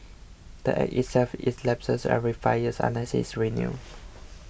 the Act itself is lapses every five years unless it's renewed